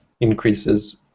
increases